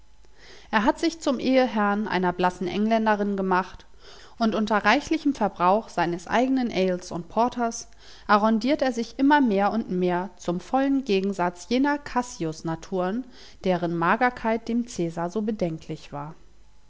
er hat sich zum eheherrn einer blassen engländerin gemacht und unter reichlichem verbrauch seines eignen ales und porters arrondiert er sich immer mehr und mehr zum vollen gegensatz jener cassius naturen deren magerkeit dem caesar so bedenklich war